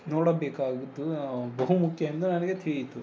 ನೋಡಬೇಕಾಗಿತ್ತು ಬಹುಮಖ್ಯ ಎಂದು ನನಗೆ ತಿಳಿಯಿತು